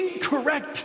incorrect